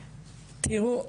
תיראו,